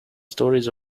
stories